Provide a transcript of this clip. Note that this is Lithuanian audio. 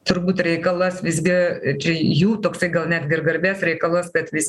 turbūt reikalas visgi čia jų toksai gal netgi ir garbės reikalas kad vis